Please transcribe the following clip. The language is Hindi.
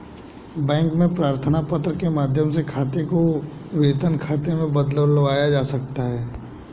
बैंक में प्रार्थना पत्र के माध्यम से खाते को वेतन खाते में बदलवाया जा सकता है